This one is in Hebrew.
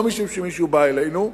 לא משום שמישהו בא אלינו,